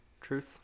Truth